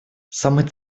самый